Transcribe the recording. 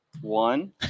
One